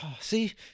See